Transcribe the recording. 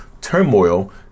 turmoil